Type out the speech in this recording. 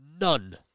None